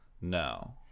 No